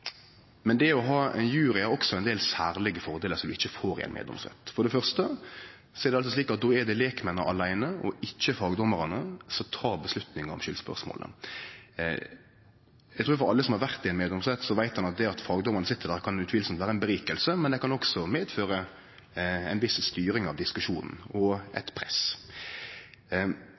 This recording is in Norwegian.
også ein del særlege fordelar som ein ikkje får i ein meddomsrett. For det første er det lekmenn aleine – ikkje fagdommarane – som tek avgjerda om skyldspørsmålet. Eg trur alle som har vore i ein meddomsrett, veit at det at fagdommarane sit der, utvilsamt kan vere ein god ting, men det kan også føre til ei viss styring av diskusjonen og eit press.